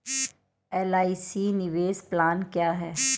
LIC निवेश plan क्या है?